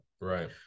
Right